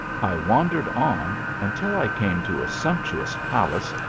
i wandered on until i came to a sumptuous palace,